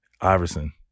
Iverson